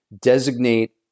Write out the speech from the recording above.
designate